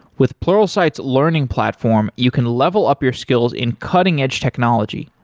with pluralsight's learning platform, you can level up your skills in cutting edge technology,